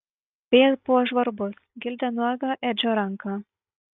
vėjas buvo žvarbus gildė nuogą edžio ranką